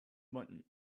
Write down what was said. button